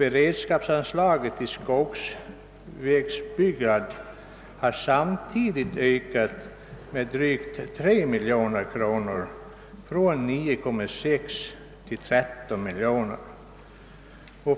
Beredskapsanslaget till skogsvägbyggnad har samtidigt ökats med drygt 3 miljoner kronor — från 9,6 till 13 miljoner kronor.